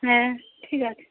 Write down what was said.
হ্যাঁ ঠিক আছে